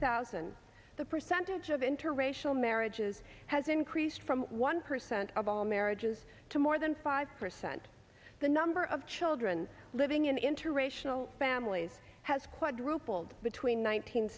thousand the percentage of interracial marriages has increased from one percent of all marriages to more than five percent the number of children living in interracial families has quadrupled between